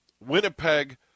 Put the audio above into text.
Winnipeg